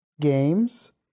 games